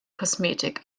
kosmetik